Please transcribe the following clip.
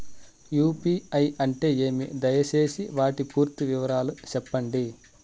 UPI అంటే ఏమి? దయసేసి వాటి పూర్తి వివరాలు సెప్పండి?